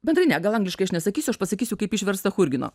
bendrai ne gal angliškai aš nesakysiu aš pasakysiu kaip išversta churgino